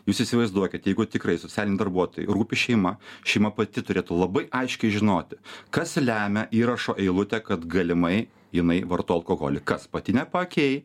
jūs įsivaizduokit jeigu tikrai socialiniui darbuotojui rūpi šeima šeima pati turėtų labai aiškiai žinoti kas lemia įrašo eilutę kad galimai jinai varto alkoholį kas patinę paakiai